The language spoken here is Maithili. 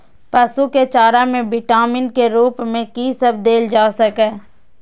पशु के चारा में विटामिन के रूप में कि सब देल जा?